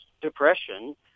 depression